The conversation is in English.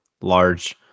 large